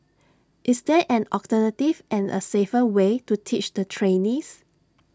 is there an alternative and A safer way to teach the trainees